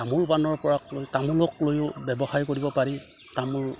তামোল পাণৰ পৰা লৈ তামোলক লৈও ব্যৱসায় কৰিব পাৰি তামোল